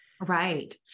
Right